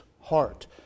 heart